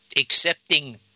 Accepting